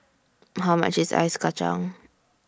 How much IS Ice Kachang